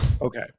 Okay